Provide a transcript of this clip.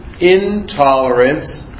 intolerance